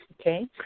Okay